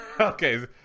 okay